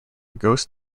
ghost